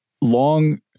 long